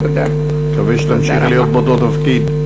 אני מקווה שתמשיכי להיות באותו תפקיד.